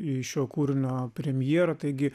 į šio kūrinio premjerą taigi